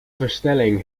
versnellingen